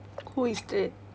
who is that